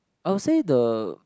I'll say the